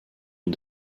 ont